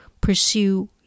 pursue